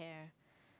care